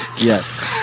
Yes